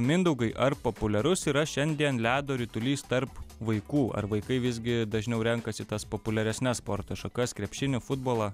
mindaugai ar populiarus yra šiandien ledo ritulys tarp vaikų ar vaikai visgi dažniau renkasi tas populiaresnes sporto šakas krepšinį futbolą